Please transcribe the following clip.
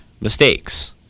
mistakes